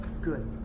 Good